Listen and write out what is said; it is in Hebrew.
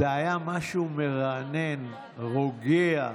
זה היה משהו מרענן, רוגע.